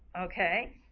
Okay